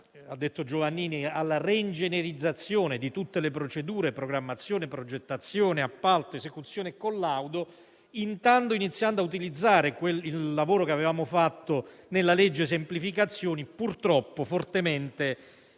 ministro Giovannini - alla reingegnerizzazione di tutte le procedure (programmazione, progettazione, appalto, esecuzione e collaudo), intanto iniziando a utilizzare quel lavoro che avevamo fatto nella legge semplificazioni, purtroppo fortemente